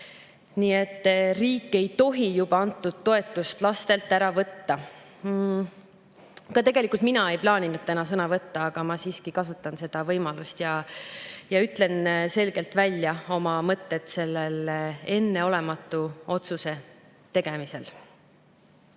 võtsid. Riik ei tohi juba antud toetust lastelt ära võtta! Tegelikult mina ei plaaninud täna sõna võtta, aga siiski kasutan seda võimalust ja ütlen selgelt välja oma mõtted selle enneolematu otsuse tegemisel.